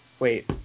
Wait